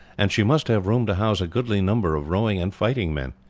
and she must have room to house a goodly number of rowing and fighting men.